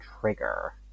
trigger